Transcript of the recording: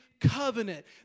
covenant